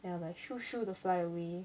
then I was like shoo shoo the fly away